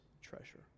treasure